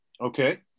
Okay